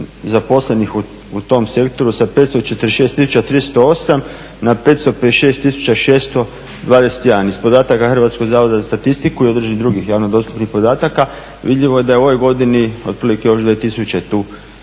zaposlenih u tom sektoru sa 546 308 na 556 621. Iz podataka Hrvatskog zavoda za statistiku i određenih drugih javno dostupnih podataka vidljivo je da je u ovoj godini otprilike još 2